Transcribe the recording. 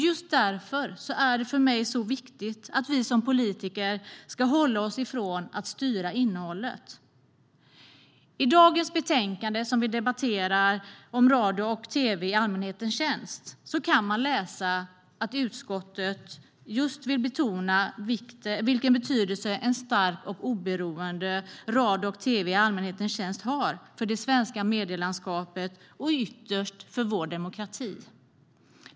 Just därför är det så viktigt för mig att vi som politiker avhåller oss från att styra innehållet.I dagens betänkande om radio och tv i allmänhetens tjänst kan man läsa att utskottet vill betona just vilken betydelse en stark och oberoende radio och tv i allmänhetens tjänst har för det svenska medielandskapet och ytterst för vår demokrati.